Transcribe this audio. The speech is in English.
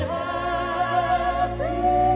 happy